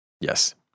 Yes